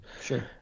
Sure